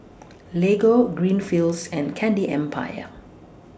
Lego Greenfields and Candy Empire